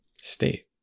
state